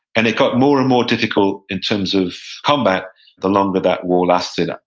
and it got more and more difficult in terms of combat the longer that war lasted.